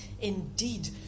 indeed